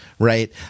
Right